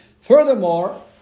Furthermore